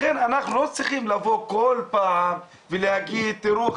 לכן אנחנו לא צריכים לבוא כל פעם ולהגיד: תראו,